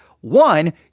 one